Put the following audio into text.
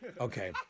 Okay